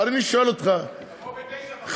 אבל אני שואל אותך, חיים,